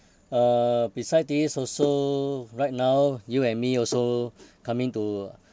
uh beside this also right now you and me also coming to